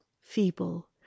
feeble